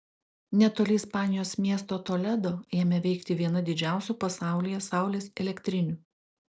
netoli ispanijos miesto toledo ėmė veikti viena didžiausių pasaulyje saulės elektrinių